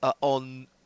on